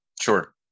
sure